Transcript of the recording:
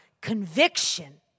Conviction